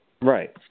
Right